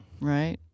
Right